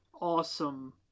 awesome